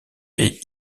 est